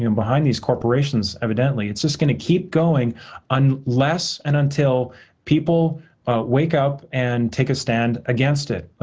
and behind these corporations, evidently it's just going to keep going unless and until people wake up and take a stand against it.